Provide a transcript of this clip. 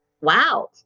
wow